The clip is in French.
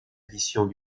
éditions